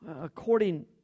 According